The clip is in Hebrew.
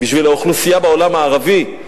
בשביל האוכלוסייה בעולם הערבי,